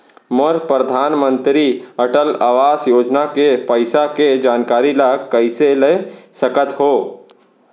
मोर परधानमंतरी अटल आवास योजना के पइसा के जानकारी ल कइसे ले सकत हो?